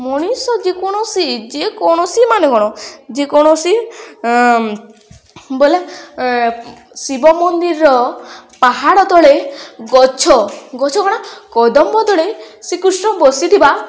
ମଣିଷ ଯେକୌଣସି ଯେକୌଣସି ମାନେ କ'ଣ ଯେକୌଣସି ବୋଲେ ଶିବ ମନ୍ଦିରର ପାହାଡ଼ ତଳେ ଗଛ ଗଛ କ'ଣ କଦମ୍ବ ତଳେ ଶ୍ରୀକୃଷ୍ଣ ବସିଥିବା